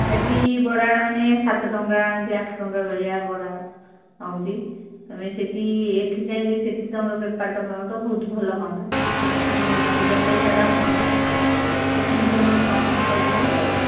ହେଠି ବରାର ମାନେ ସାତ ଟଙ୍କା ଏମିତି ଆଠ ଟଙ୍କା ଭଳିଆ ବରା ହୋଉଛି ତୁମେ ସେଠି ଏଠି କାଇଁ ଯଦି ସେଠି ତୁମର ବେପାରଟା କରନ୍ତ ବହୁତ ଭଲ ହୁଅନ୍ତା ଅଧିକା ପଇସା ହୁଅନ୍ତା ଏଠି ତୁମର କମ୍ ପଇସାରେ